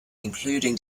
including